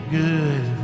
good